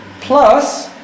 Plus